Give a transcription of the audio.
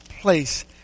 place